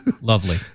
lovely